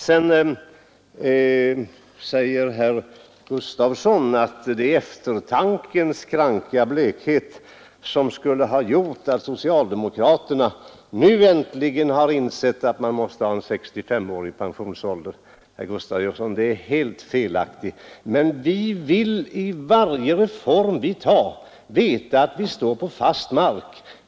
Sedan säger herr Gustavsson att det är eftertankens kranka blekhet som skulle ha gjort att socialdemokraterna nu äntligen har insett att man måste sätta pensionsåldern vid 65 år. Herr Gustavsson, det är helt felaktigt, men vi vill i varje reform som vi genomför veta att vi står på fast mark.